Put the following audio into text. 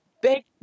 big